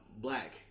black